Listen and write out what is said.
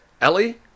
Ellie